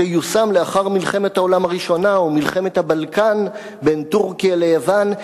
שיושם לאחר מלחמת העולם הראשונה ומלחמת הבלקן בין טורקיה ליוון,